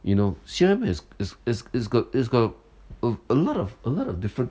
you know C_R_M is is is is got is got a lot of a lot of different